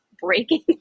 breaking